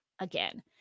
again